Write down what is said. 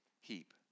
heap